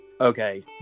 okay